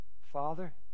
Father